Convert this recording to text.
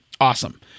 awesome